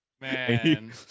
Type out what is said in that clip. Man